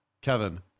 Kevin